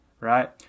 right